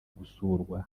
gusurwa